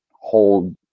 hold